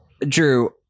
Drew